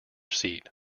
seat